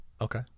okay